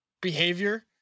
behavior